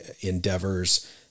endeavors